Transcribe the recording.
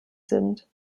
sind